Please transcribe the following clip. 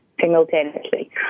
simultaneously